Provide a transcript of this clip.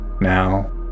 Now